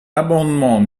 amendement